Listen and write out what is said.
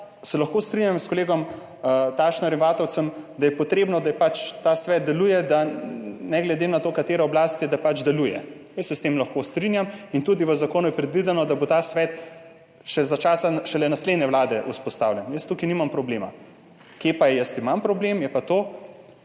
se lahko strinjam s kolegom Tašnerjem Vatovcem, da je potrebno, da ta svet deluje, ne glede na to, katera oblast je, da pač deluje. Jaz se s tem lahko strinjam in tudi v zakonu je predvideno, da bo ta svet vzpostavljen šele za časa naslednje vlade. Jaz tukaj nimam problema. Kje pa imam problem? Glede